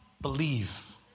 Believe